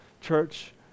church